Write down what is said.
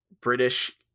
British